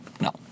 No